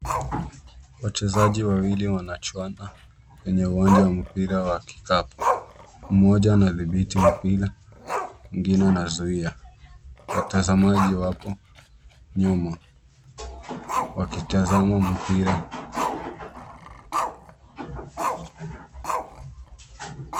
Wachezaji wawili wanachuana kwenye uwanja wa mpira wa kikapu. Mmoja anadhibiti mpira, mwingine anazuia. Watazamaji wapo nyuma wakitazama mpira.